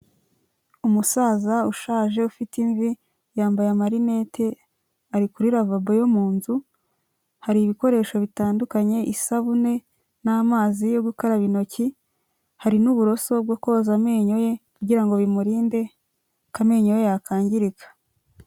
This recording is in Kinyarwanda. Umusaza ushaje ufite imvi yambaye amarinete, ari kuri ravabo yo mu nzu, hari ibikoresho bitandukanye isabune n'amazi yo gukaraba intoki, hari n'uburoso bwo koza amenyo ye kugira ngo bimurinde ko amenyo ye yakangirika.